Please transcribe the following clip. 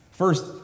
First